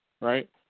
right